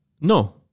No